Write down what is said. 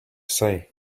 say